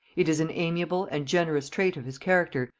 it is an amiable and generous trait of his character,